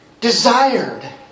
desired